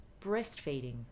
breastfeeding